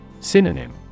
Synonym